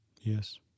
Yes